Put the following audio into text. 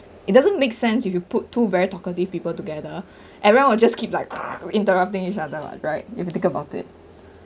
it doesn't make sense if you put two very talkative people together everyone will just keep like interrupting each other lah right if you think about it